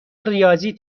ریاضی